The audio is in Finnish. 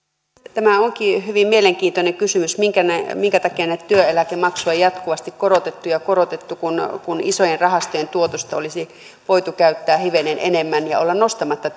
tämä onkin hyvin mielenkiintoinen kysymys minkä takia näitä työeläkemaksuja on jatkuvasti korotettu ja korotettu kun kun isojen rahastojen tuotosta olisi voitu käyttää hivenen enemmän ja olla nostamatta